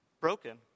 broken